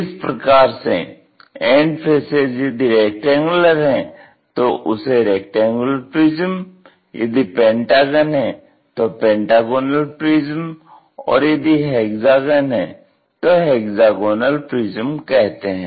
इस प्रकार से एंड फेसेज यदि रेक्टेंगुलर है तो उसे रेक्टेंगुलर प्रिज्म यदि पेंटागन हैं तो पेंटागोनल प्रिज्म और यदि हेक्ज़ागन हैं तो हेक्ज़ागोनल प्रिज्म कहते हैं